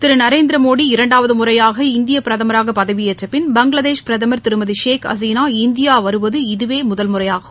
திரு நரேந்திரமோடி இரண்டாவது முறையாக இந்திய பிரதமராக பதவியேற்ற பின் பங்களதேஷ் பிரதமர் திருமதி ஷேக் ஹசினா இந்தியா வருவது இதுவே முதல்முறையாகும்